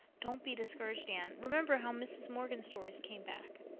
don't be discouraged, anne. remember how mrs. morgan's stories came back.